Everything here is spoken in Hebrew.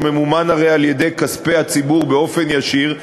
שממומן הרי על-ידי כספי הציבור באופן ישיר,